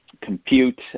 compute